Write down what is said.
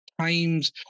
times